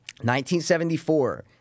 1974